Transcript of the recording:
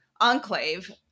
enclave